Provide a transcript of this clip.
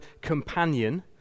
companion